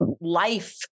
Life